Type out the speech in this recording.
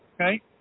okay